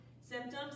symptoms